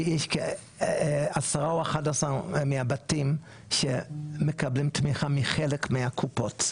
10 או 11 מהבתים מקבלים תמיכה מחלק מהקופות.